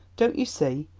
don't you see,